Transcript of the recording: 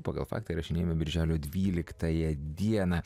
pagal faktą įrašinėjame birželio dvyliktąją dieną